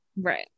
right